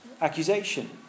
accusation